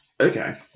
Okay